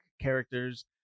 characters